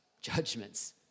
judgments